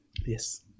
Yes